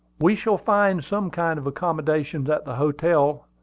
we shall find some kind of accommodations at the hotels,